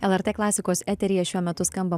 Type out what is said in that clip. lrt klasikos eteryje šiuo metu skamba